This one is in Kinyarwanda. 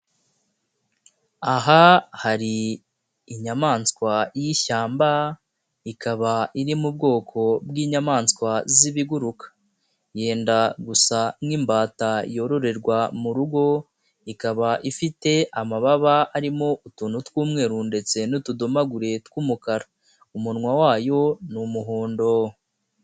Aha hari inyamaswa y'ishyamba ikaba iri mu bwoko bw'inyamaswa z'ibiguruka yenda gusa nk'imbata yororerwa mu rugo ikaba ifite amababa arimo utuntu tw'umweru ndetse n'utudomagure tw'umukara, umunwa wayo ni umuhondo.